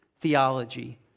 theology